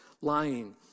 lying